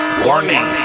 warning